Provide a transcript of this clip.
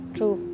True